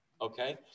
okay